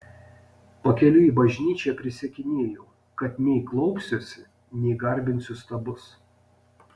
pakeliui į bažnyčią prisiekinėjau kad nei klaupsiuosi nei garbinsiu stabus